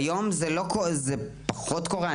כיום זה פחות קורה.